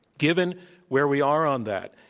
given where we are on that,